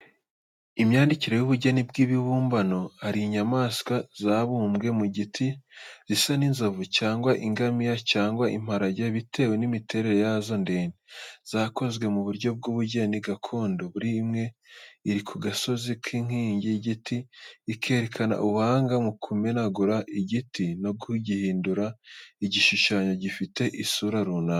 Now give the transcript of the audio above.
Imyandikire y’ubugeni bw’ibibumbano hari inyamaswa zabumbye mu giti zisa n’inzovu cyangwa ingamiya cyangwa imparage bitewe n'imiterere yazo ndende. Zakozwe mu buryo bw’ubugeni gakondo buri imwe iri ku gasozi k’inkingi y'igiti, ikerekana ubuhanga mu kumenagura igiti no kugihindura igishushanyo gifite isura runaka.